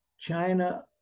China